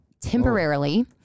temporarily